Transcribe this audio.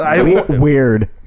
Weird